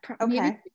Okay